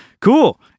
cool